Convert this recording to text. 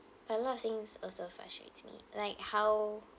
a lot of things also frustrates me like how